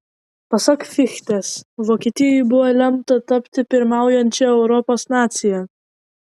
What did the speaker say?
pasak fichtės vokietijai buvo lemta tapti pirmaujančia europos nacija